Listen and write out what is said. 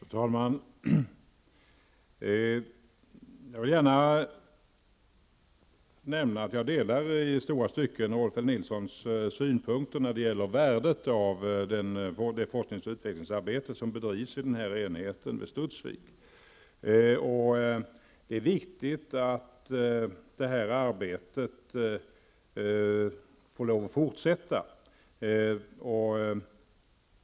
Fru talman! Jag vill gärna nämna att jag i långa stycken har samma synpunkter som Rolf L Nilson när det gäller värdet av det forsknings och utvecklingsarbete som bedrivs vid den aktuella enheten vid Studsvik. Det är viktigt att detta arbete får fortsätta.